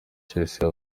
chelsea